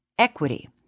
Equity